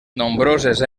nombroses